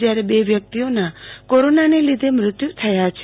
જયારે બ વ્યકિતઓના કોરોનાને લીધે મૃત્યુ થયા છે